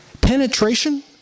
Penetration